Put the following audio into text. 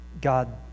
God